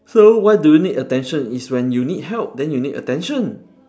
so why do you need attention is when you need help then you need attention